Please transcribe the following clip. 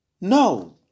no